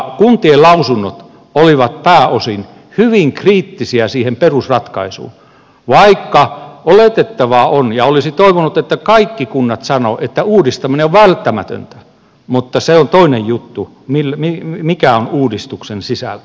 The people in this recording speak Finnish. kuntien lausunnot olivat pääosin hyvin kriittisiä sitä perusratkaisua kohtaan vaikka oletettavaa on ja olisi toivonut että kaikki kunnat sanovat että uudistaminen on välttämätöntä mutta se on toinen juttu mikä on uudistuksen sisältö